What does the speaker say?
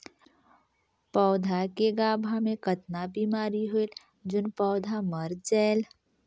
पौधा के गाभा मै कतना बिमारी होयल जोन पौधा मर जायेल?